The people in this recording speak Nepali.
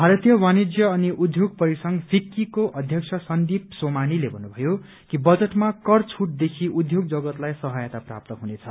भारतीय वाणिज्य अनि उद्योग परिसंघ फिक्कीको अध्यक्ष संदीप सोमानीले भन्नभयो कि बजटमा कर छूटदेखि उद्योग जगतलाई सहायता प्राप्त हुनेछ